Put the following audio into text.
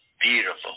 beautiful